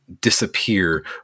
disappear